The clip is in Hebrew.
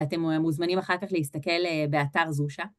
אתם מוזמנים אחר כך להסתכל באתר זושה.